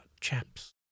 chaps